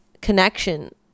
connection